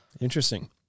Interesting